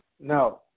No